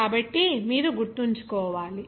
కాబట్టి మీరు గుర్తుంచుకోవాలి